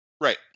Right